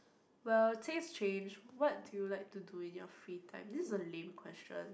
well taste change what do you like to do in your free time this a lame question